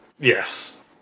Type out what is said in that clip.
Yes